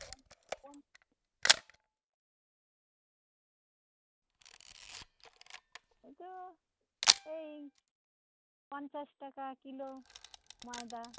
এই তো এই পঞ্চাশ টাকা কিলো ময়দা